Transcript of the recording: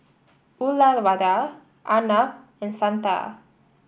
Uyyalawada Arnab and Santha